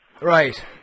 Right